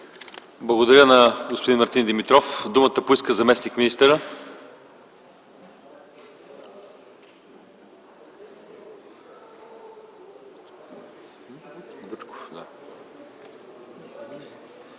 Благодаря на господин Мартин Димитров. Думата поиска заместник-министър Веселин